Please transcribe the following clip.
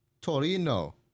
Torino